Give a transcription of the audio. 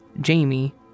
Jamie